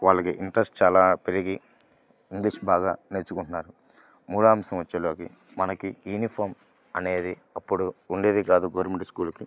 వాళ్ళకి ఇంట్రెస్ట్ చాలా పెరిగి ఇంగ్లీష్ బాగా నేర్చుకుంటున్నారు మూడవ అంశం వచ్చేలోకి మనకి యూనిఫామ్ అనేది అప్పుడు ఉండేది కాదు గవర్నమెంట్ స్కూల్కి